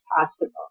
possible